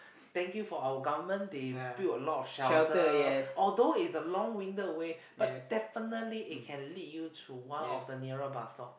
thank you for our government they build a lot of shelter although is a long winded way but definitely it can lead you to one of the nearer bus stop